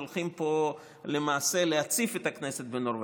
הולכים פה למעשה להציף את הכנסת בנורבגים.